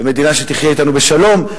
מדינה שתחיה אתנו בשלום,